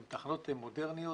הן תחנות מודרניות,